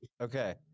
Okay